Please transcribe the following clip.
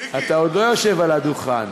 אתה עוד לא יושב על הדוכן.